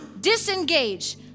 Disengage